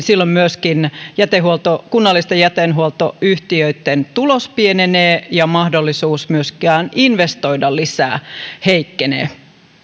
silloin myöskin kunnallisten jätehuoltoyhtiöitten tulos pienenee ja mahdollisuus myöskin investoida lisää heikkenee